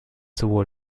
sowohl